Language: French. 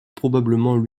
probablement